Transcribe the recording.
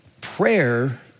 Prayer